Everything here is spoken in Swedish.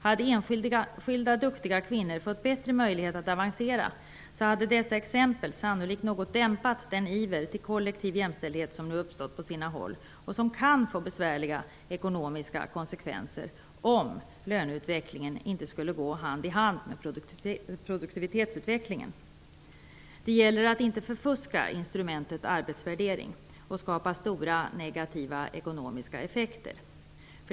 Hade enskilda duktiga kvinnor fått bättre möjlighet att avancera hade dessa exempel sannolikt något dämpat den iver till kollektiv jämställdhet som nu uppstått på sina håll och som kan få besvärliga ekonomiska konsekvenser om löneutvecklingen inte skulle gå hand i hand med produktivitetsutvecklingen. Det gäller att inte förfuska instrumentet arbetsvärdering och skapa stora negativa ekonomiska effekter.